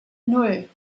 nan